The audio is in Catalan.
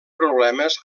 problemes